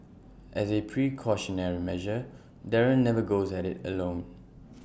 as A precautionary measure Darren never goes at IT alone